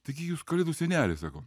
taigi jūs kalėdų senelis sako